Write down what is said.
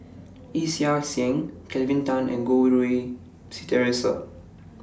Yee Chia Hsing Kelvin Tan and Goh Rui Si Theresa